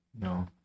No